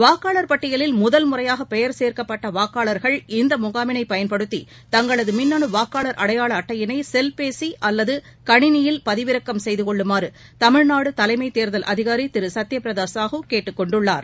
வாக்காளர் பட்டியலில் முதல்முறையாகபெயர் சேர்க்கப்பட்டவாக்காளர்கள் இந்தமுகாமினையன்படுத்தி தங்களதமின்னனவாக்காளர் அடையாளஅட்டையினைசெல்பேசிஅல்லதுகணினியில் பதிவிறக்கம் செய்தகொள்ளுமாறுதமிழ்நாடுதலைமைத் தேர்தல் அதிகாரிதிருசத்யபிரதாசாஹூ கேட்டுக் கொண்டுள்ளார்